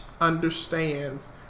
understands